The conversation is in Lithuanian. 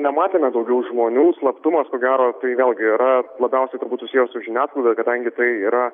nematėme daugiau žmonių slaptumas ko gero tai vėlgi yra labiausiai turbūt susiję su žiniasklaida kadangi tai yra